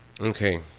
okay